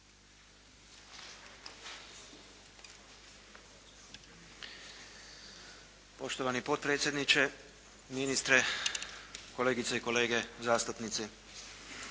Poštovani potpredsjedniče, ministre, kolegice i kolege zastupnici!